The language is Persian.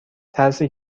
ترسی